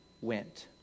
went